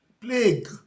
plague